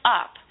up